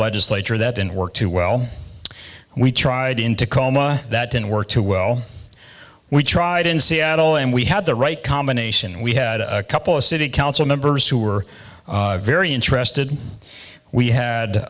legislature that didn't work too well we tried in tacoma that didn't work too well we tried in seattle and we had the right combination we had a couple of city council members who were very interested we had